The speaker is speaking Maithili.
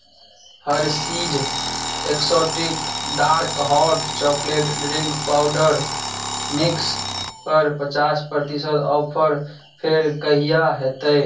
Hershey's exotic dark hot chocolate drink powder मिक्सपर पचास प्रतिशत ऑफर फेर कहिआ हेतै